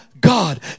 God